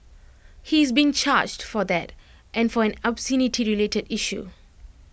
he is being charged for that and for an obscenity related issue